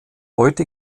heute